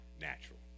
natural